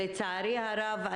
לצערי הרב,